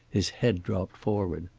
his head dropped forward.